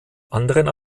anderen